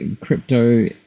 crypto